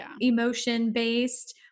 emotion-based